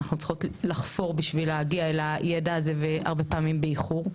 אנחנו צריכות לחפור בשביל להגיע לידע הזה והרבה פעמים באיחור.